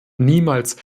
niemals